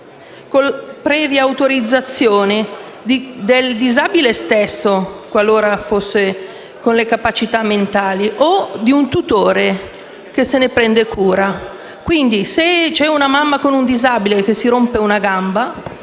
previa autorizzazione del disabile stesso, qualora goda delle proprie capacità mentali, o di un tutore che se ne prende cura. Pertanto, se c'è una mamma con un disabile che si rompe una gamba,